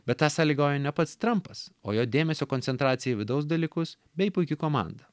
bet tą sąlygojo ne pats trampas o jo dėmesio koncentracija į vidaus dalykus bei puiki komanda